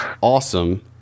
awesome